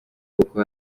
boko